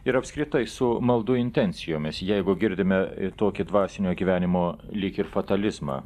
ir apskritai su maldų intencijomis jeigu girdime tokį dvasinio gyvenimo lyg ir fatalizmą